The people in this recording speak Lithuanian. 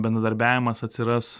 bendradarbiavimas atsiras